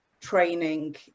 training